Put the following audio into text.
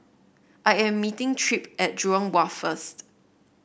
I am meeting Tripp at Jurong Wharf first